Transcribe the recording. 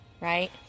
right